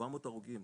400 הרוגים,